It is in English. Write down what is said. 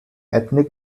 ethnic